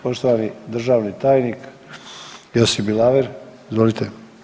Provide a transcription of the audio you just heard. Poštovani državni tajnik Josip Bilaver, izvolite.